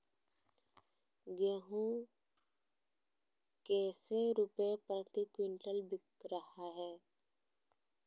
गेंहू कैसे रुपए प्रति क्विंटल बिक रहा है?